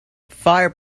fire